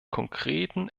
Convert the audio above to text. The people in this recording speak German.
konkreten